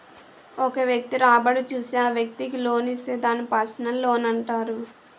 ఒక వ్యక్తి రాబడి చూసి ఆ వ్యక్తికి లోన్ ఇస్తే దాన్ని పర్సనల్ లోనంటారు